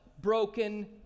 broken